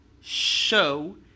show